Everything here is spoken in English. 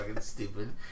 stupid